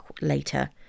later